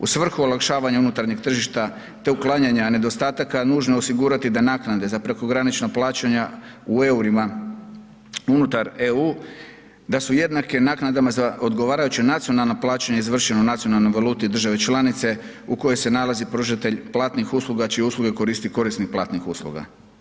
U svrhu olakšavanja unutarnjeg tržišta te uklanjanja nedostataka nužno je osigurati da naknade za prekogranično plaćanja u EUR-ima unutar EU da su jednake naknadama za odgovarajuća nacionalna plaćanja izvršena u nacionalnoj valuti države članice u kojoj se nalazi pružatelj platnih usluga čije usluge koristi korisnik platnih usluga.